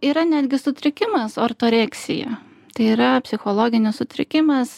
yra netgi sutrikimas ortoreksija tai yra psichologinis sutrikimas